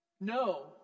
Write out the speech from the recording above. No